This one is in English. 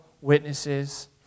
witnesses